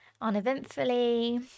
uneventfully